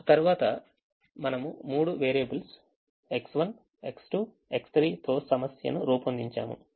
ఆ తర్వాత మనము మూడు వేరియబుల్స్ X1 X2 X3 తో సమస్యను రూపొందించాము